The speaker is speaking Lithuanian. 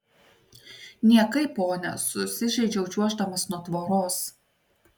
niekai ponia susižeidžiau čiuoždamas nuo tvoros